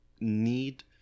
need